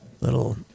little